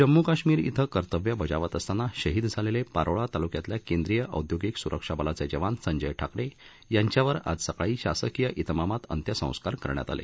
जम्मू कश्मीर येथे कर्तव्य बजावत असताना शहीद झालेले पारोळा तालुक्यातील केंद्रीय औधोगिक सुरक्षा बलाचे जवान संजय ठाकरे यांच्यावर आज सकाळी शासकीय विमामात अंत्यसंस्कार करण्यात आले